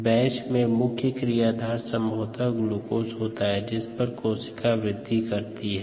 batch में मुख्य क्रियाधार संभवतः ग्लूकोज होता है जिस पर कोशिका वृद्धि करती हैं